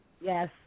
Yes